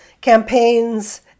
campaigns